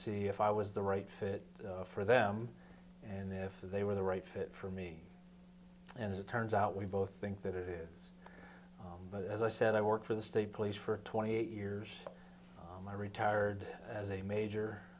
see if i was the right fit for them and if they were the right fit for me and as it turns out we both think that it is but as i said i worked for the state police for twenty eight years and i retired as a major